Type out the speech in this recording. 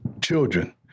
children